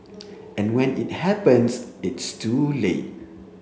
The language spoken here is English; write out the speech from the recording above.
and when it happens it's too late